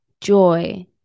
joy